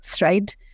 right